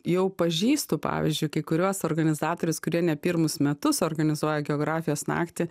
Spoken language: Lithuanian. jau pažįstu pavyzdžiui kai kuriuos organizatorius kurie ne pirmus metus organizuoja geografijos naktį